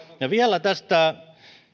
vielä tästä